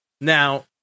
Now